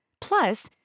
Plus